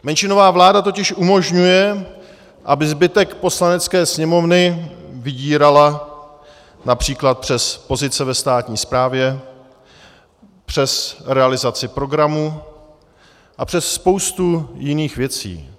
Menšinová vláda totiž umožňuje, aby zbytek Poslanecké sněmovny vydírala např. přes pozice ve státní správě, přes realizaci programu a přes spoustu jiných věcí.